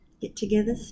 Get-togethers